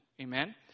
Amen